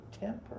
temper